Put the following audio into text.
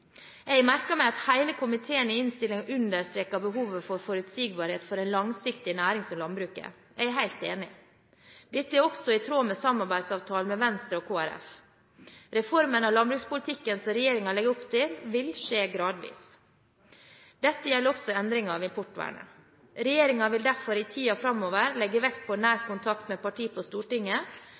Jeg har merket meg at hele komiteen i innstillingen understreker behovet for forutsigbarhet for en langsiktig næring som landbruket. Jeg er helt enig. Dette er også i tråd med samarbeidsavtalen med Venstre og Kristelig Folkeparti. Reformen av landbrukspolitikken som regjeringen legger opp til, vil skje gradvis. Dette gjelder også endringer av importvernet. Regjeringen vil derfor i tiden framover legge vekt på nær kontakt med partier på Stortinget